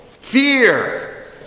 fear